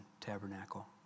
Tabernacle